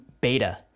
beta